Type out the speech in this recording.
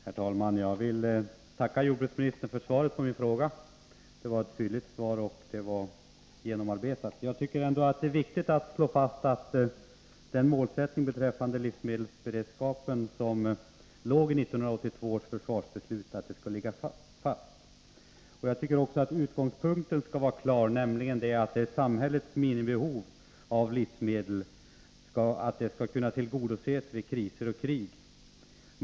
Herr talman! Jag vill tacka jordbruksministern för svaret på min fråga. Det var ett fylligt och genomarbetat svar. Det är viktigt att konstatera att den målsättning beträffande livsmedelsberedskapen som låg i 1982 års försvarsbeslut står fast. Jag tycker att också utgångspunkten skall vara klar, nämligen att det är samhällets minimibehov av livsmedel som skall kunna tillgodoses vid kriser och krig.